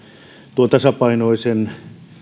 tuon tasapainoisen